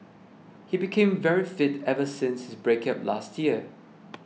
he became very fit ever since his breakup last year